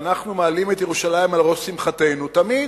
שאנחנו מעלים את ירושלים על ראש שמחתנו תמיד.